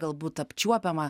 galbūt apčiuopiamą